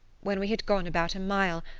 when we had gone about a mile,